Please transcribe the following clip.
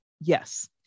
Yes